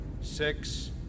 six